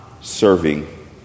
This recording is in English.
serving